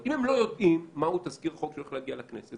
אם הם לא יודעים מהו תזכיר חוק שהולך להגיע לכנסת,